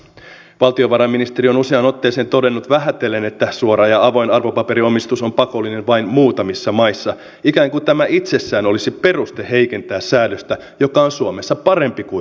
valtiovarainministeri on useaan otteeseen todennut vähätellen että suora ja avoin arvopaperiomistus on pakollinen vain muutamissa maissa ikään kuin tämä itsessään olisi peruste heikentää säädöstä joka on suomessa parempi kuin muualla